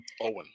Owen